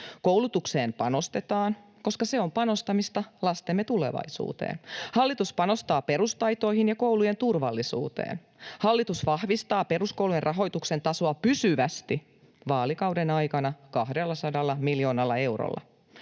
Koulutukseen panostetaan, koska se on panostamista lastemme tulevaisuuteen. Hallitus panostaa perustaitoihin ja koulujen turvallisuuteen. Hallitus vahvistaa peruskoulujen rahoituksen tasoa pysyvästi vaalikauden aikana 200 miljoonalla eurolla.